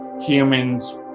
humans